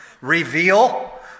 reveal